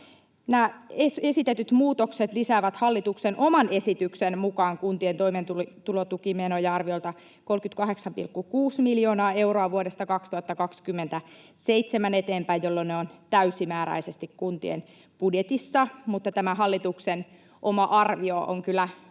Nämä esitetyt muutokset lisäävät hallituksen oman esityksen mukaan kuntien toimeentulotukimenoja arviolta 38,6 miljoonaa euroa vuodesta 2027 eteenpäin, jolloin ne ovat täysimääräisesti kuntien budjetissa. Mutta tämä hallituksen oma arvio